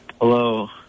Hello